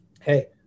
Hey